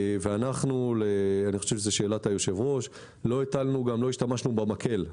אנחנו לשאלת היושב-ראש לא השתמשנו במקל.